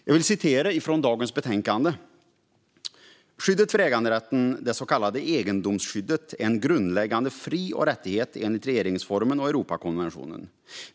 Jag vill citera dagens betänkande: "Skyddet för äganderätten, det s.k. egendomsskyddet, är en grundläggande fri och rättighet enligt regeringsformen och Europakonventionen.